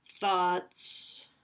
thoughts